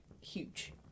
huge